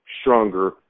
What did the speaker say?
stronger